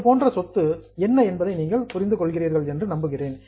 இதுபோன்ற சொத்து என்ன என்பதை நீங்கள் புரிந்து கொள்கிறீர்கள் என்று நம்புகிறேன்